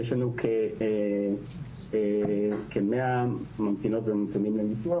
ויש לנו כמאה ממתינות וממתינים לניתוח.